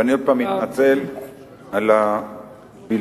ואני שוב מתנצל על הבלבול בין שתי,